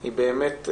היא באמת מפחידה.